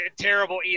terrible